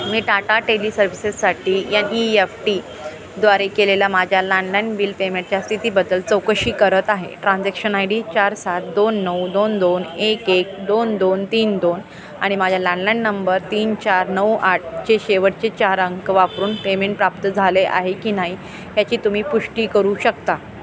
मी टाटा टेली सर्व्हिसेससाठी N E F टीद्वारे केलेल्या माझ्या लँडलाईन बिल पेमेंटच्या स्थितीबद्दल चौकशी करत आहे ट्रान्झॅक्शन आय डी चार सात दोन नऊ दोन दोन एक एक दोन दोन तीन दोन आणि माझ्या लानलाईन नंबर तीन चार नऊ आठ शेवटचे चार अंक वापरून पेमेंट प्राप्त झाले आहे की नाही याची तुम्ही पुष्टी करू शकता